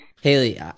Haley